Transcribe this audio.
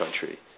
country